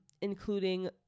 including